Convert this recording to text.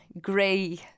gray